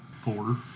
four